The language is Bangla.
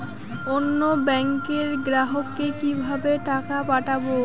অন্য ব্যাংকের গ্রাহককে কিভাবে টাকা পাঠাবো?